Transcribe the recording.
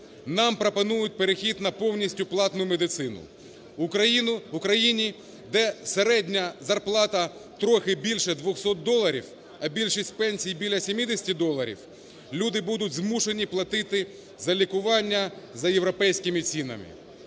Нам пропонують перехід на повністю платну медицину в Україні, де середня зарплата трохи більше 200 доларів, а більшість пенсій біля 70 доларів, люди будуть змушені платити за лікування за європейськими цінами.